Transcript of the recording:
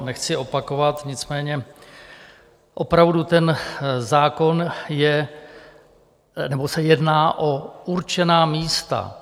Nechci opakovat, nicméně opravdu ten zákon je... nebo se jedná o určená místa.